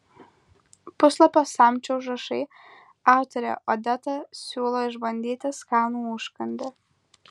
puslapio samčio užrašai autorė odeta siūlo išbandyti skanų užkandį